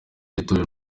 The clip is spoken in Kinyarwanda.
y’itorero